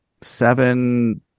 seven